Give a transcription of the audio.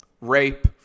rape